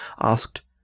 asked